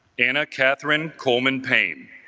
anna katherine coleman pain